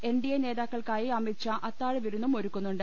N D A നേതാക്കാൾക്കായി അമിത് ഷാ അത്താഴവി രുന്നും ഒരുക്കുന്നുണ്ട്